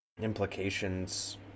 implications